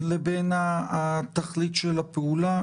לבין התכלית של הפעולה.